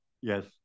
Yes